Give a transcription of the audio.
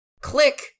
Click